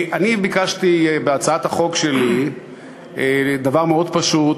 אני ביקשתי בהצעת החוק שלי דבר מאוד פשוט: